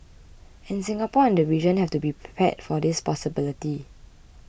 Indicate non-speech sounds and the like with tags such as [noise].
and Singapore and the region have to be [noise] prepared for this possibility